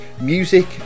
music